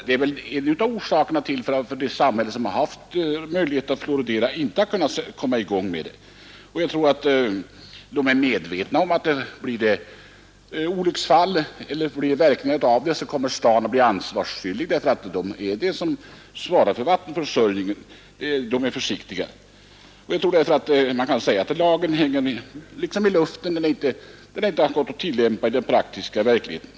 Det är väl en av orsakerna till att de samhällen som har haft möjlighet att fluoridera inte har startat någon sådan verksamhet. Jag tror att man är medveten om att det vid olycksfall eller andra följder är staden som får ta ansvaret, eftersom staden svarar för vattenförsörjningen. Man kan säga att lagen hänger i luften. Den går inte att tillämpa i den praktiska verkligheten.